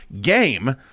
game